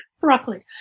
broccoli